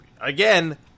again